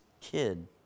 kid